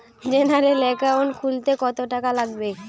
General account খুলতে কত টাকা লাগবে?